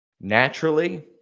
naturally